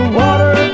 water